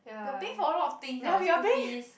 we are paying for a lot of things our school fees